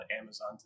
Amazon